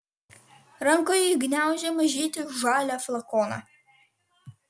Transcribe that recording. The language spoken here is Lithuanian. rankoje ji gniaužė mažytį žalią flakoną